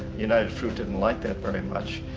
united fruit didn't like that very much.